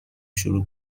شروع